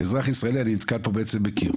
כאזרח ישראלי אני נתקל פה בעצם בקיר.